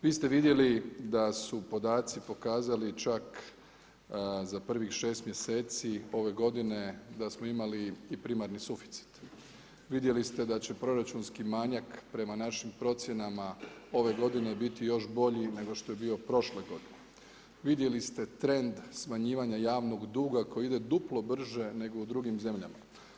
Vi ste vidjeli da su podaci pokazali čak za prvih 6 mjeseci ove godine da smo imali i primarni suficit, vidjeli ste da će proračunski manjak prema našim procjenama ove godine biti još bolji nego što je bio prošle godine. vidjeli ste trend smanjivanja javnog duga koji ide duplo brže nego u drugim zemljama.